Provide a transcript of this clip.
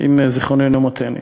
אם זיכרוני אינו מטעני.